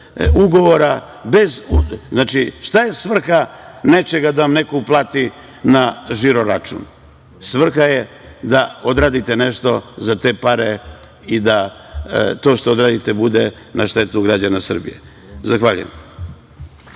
ugovora. Šta je svrha nečega da vam neko uplati na žiro račun? Svrha je da odradite nešto za te pare i da to što odradite bude na štetu građana Srbije. Voleo